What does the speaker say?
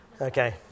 Okay